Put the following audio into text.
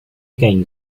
again